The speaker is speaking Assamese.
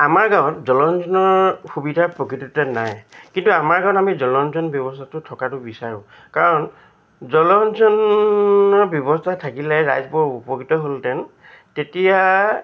আমাৰ গাঁৱত জলসিঞ্চনৰ সুবিধা প্ৰকৃততে নাই কিন্তু আমাৰ গাঁৱত আমি জলসিঞ্চন ব্যৱস্থাটো থকাটো বিচাৰোঁ কাৰণ জলসিঞ্চনৰ ব্যৱস্থা থাকিলে ৰাইজবোৰ উপকৃত হ'লহেঁতেন তেতিয়া